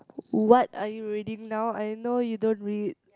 what are you reading now I know you don't read